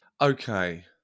Okay